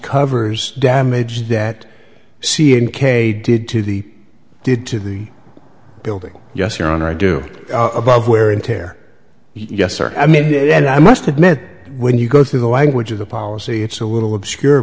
covers damage that c in k did to the did to the building yes your honor i do above wear and tear yes sir i mean and i must admit when you go through the language of the policy it's a little obscure